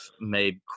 made